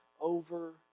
over